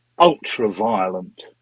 ultra-violent